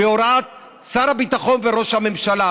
בהוראת שר הביטחון וראש הממשלה,